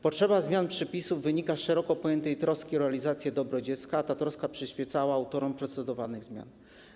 Potrzeba zmiany przepisów wynika z szeroko pojętej troski o dobro dziecka i ta troska przyświecała autorom procedowanych zmian.